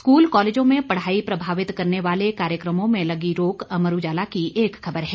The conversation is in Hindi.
स्कूल कॉलेजों में पढाई प्रभावित करने वाले कार्यक्रमों में लगी रोक अमर उजाला की एक खबर है